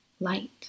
light